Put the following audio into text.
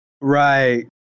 Right